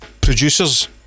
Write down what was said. producers